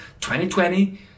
2020